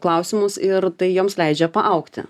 klausimus ir tai joms leidžia paaugti